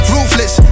Ruthless